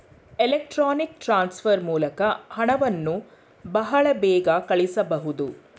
electronics transfer ಮೂಲಕ ಹಣವನ್ನು ಬಹಳ ಬೇಗ ಕಳಿಸಬಹುದು